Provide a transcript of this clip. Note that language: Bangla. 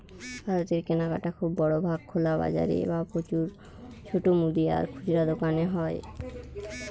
ভারতের কেনাকাটা খুব বড় ভাগ খোলা বাজারে বা প্রচুর ছোট মুদি আর খুচরা দোকানে হয়